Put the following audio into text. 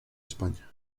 españa